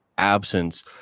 Absence